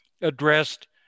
addressed